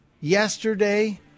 yesterday